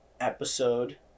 episode